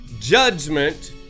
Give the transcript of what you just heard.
judgment